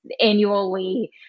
annually